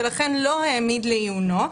ולכן לא העמיד לעיונו,